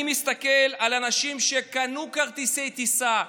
אני מסתכל על אנשים שקנו כרטיסי טיסה,